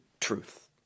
truth